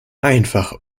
einfach